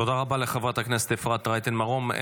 תודה רבה לחברת הכנסת אפרת רייטן מרום.